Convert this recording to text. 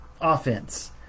offense